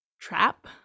trap